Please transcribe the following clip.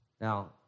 Now